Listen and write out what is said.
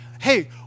hey